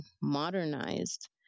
modernized